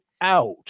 out